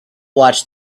watched